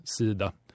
Sida